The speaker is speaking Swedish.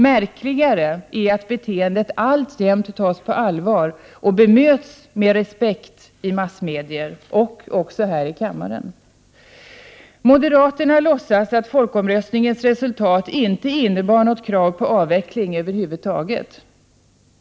Märkligare är att beteendet alltjämt tas på allvar och bemöts med respekt i massmedierna och även här i kammaren. Moderaterna låtsas att folkomröstningens resultat inte innebar något krav på avveckling över huvud taget.